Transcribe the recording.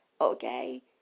Okay